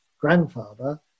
grandfather